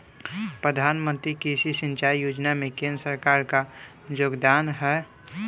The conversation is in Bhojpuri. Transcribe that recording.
प्रधानमंत्री कृषि सिंचाई योजना में केंद्र सरकार क का योगदान ह?